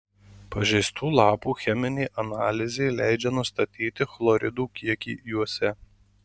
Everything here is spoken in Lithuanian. pažeistų lapų cheminė analizė leidžia nustatyti chloridų kiekį juose